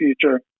future